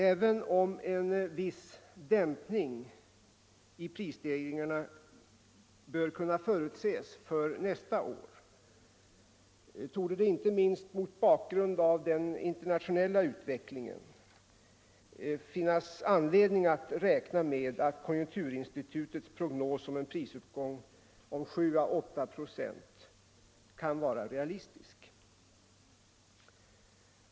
Även om en viss dämpning i prisstegringarna bör kunna förutses för nästa år torde det, inte minst mot bakgrund av den internationella utvecklingen, finnas anledning att räkna med att konjunkturinstitutets prognos om en prisuppgång på 7 å 8 procent kan vara realistisk.